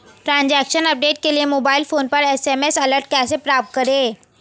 Transaction update के लिए mobile phone पर एस.एम.एस अलर्ट कैसे प्राप्त करें?